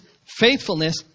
faithfulness